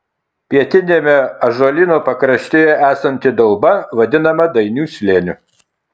pietiniame ąžuolyno pakraštyje esanti dauba vadinama dainų slėniu